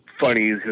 funny